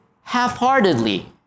half-heartedly